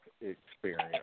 Experience